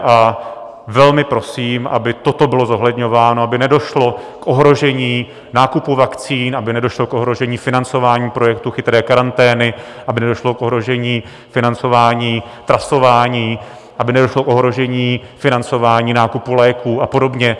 A velmi prosím, aby toto bylo zohledňováno, aby nedošlo k ohrožení nákupu vakcín, aby nedošlo k ohrožení financování projektu Chytré karantény, aby nedošlo k ohrožení financování trasování, aby nedošlo k ohrožení financování nákupu léků a podobně.